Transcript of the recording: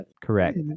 correct